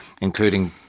including